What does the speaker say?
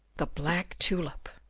the black tulip!